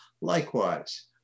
likewise